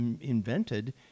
invented